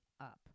up